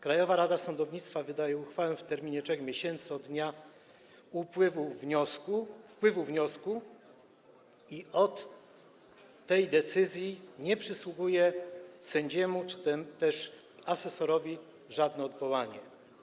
Krajowa Rada Sądownictwa wydaje uchwałę w terminie 3 miesięcy od dnia wpływu wniosku i od tej decyzji nie przysługuje sędziemu czy też asesorowi żadne odwołanie.